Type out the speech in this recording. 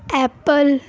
apple